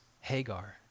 Hagar